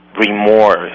remorse